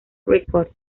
records